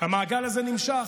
המעגל הזה נמשך.